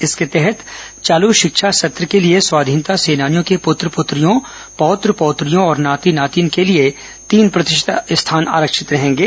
इसके तहत चालू शिक्षा सत्र के लिए स्वाधीनता सेनानियों के पुत्र पुत्रियों पौत्र पौत्रियों और नाती नातिन के लिए तीन प्रतिशत स्थान आरक्षित रहेंगे